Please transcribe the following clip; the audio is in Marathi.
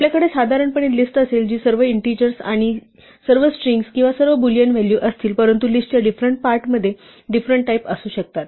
आपल्याकडे साधारणपणे लिस्ट असेल जी सर्व इन्टीजर्स किंवा सर्व स्ट्रिंग किंवा सर्व बूलियन व्हॅल्यू असतील परंतु लिस्टच्या डिफरंट पार्ट मध्ये डिफरंट टाईप असू शकतात